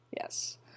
Yes